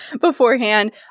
beforehand